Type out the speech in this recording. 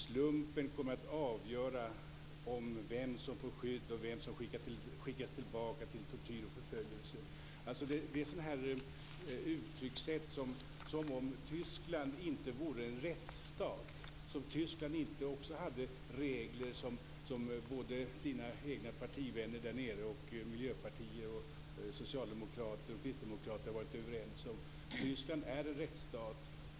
Slumpen kommer att avgöra vem som får skydd och vem som skickas tillbaka till tortyr och förföljelser. Det är som om Tyskland inte vore en rättsstat, som om Tyskland inte också hade regler som Ulla Hoffmanns partivänner där nere, miljöpartister, socialdemokrater och kristdemokrater har varit överens om. Tyskland är en rättsstat.